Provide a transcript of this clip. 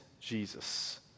Jesus